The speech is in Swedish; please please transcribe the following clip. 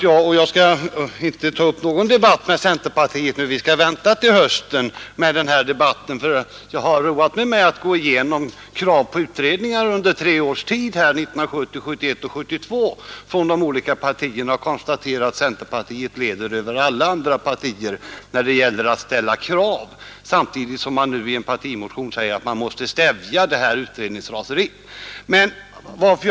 Jag skall inte ta upp någon debatt med centerpartiet nu — vi får vänta till hösten. Men jag har roat mig med att gå igenom krav på utredningar under tre års tid — 1970, 1971 och 1972 — från de olika partierna och konstaterat att centerpartiet leder över alla andra partier när det gäller att ställa krav härvidlag, samtidigt som man nu i en partimotion säger att utredningsraseriet måste stävjas.